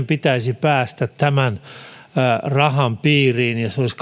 pitäisi päästä tämän rahan piiriin se olisi